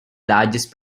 largest